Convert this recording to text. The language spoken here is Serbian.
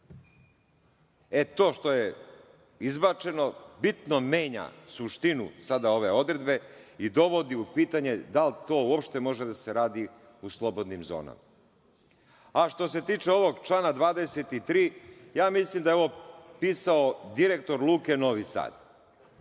E, to što je izbačeno bitno menja suštinu sada ove odredbe i dovodi u pitanje da li to uopšte može da se radi u slobodnim zonama. Što se tiče ovog člana 23. ja mislim da je ovo pisao direktor Luke Novi Sad.